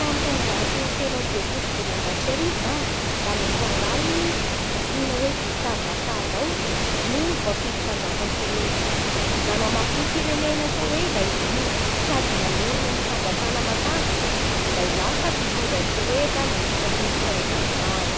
Tamin'ny taonjato telo amby roapolo sy dimanjato sy arivo zany da misy rangahy antsoina hoe Gustave Vassa izao no voafidy mpanjakan'i Soeda. Nanamafy ny firenena Soeda i io sady nanorina ny fanjakana matanjaka izay lasa mpitondra ny Soeda nandritra ny taonjato maro.